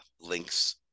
links